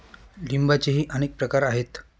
लिंबाचेही अनेक प्रकार आहेत